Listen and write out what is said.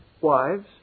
Wives